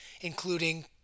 including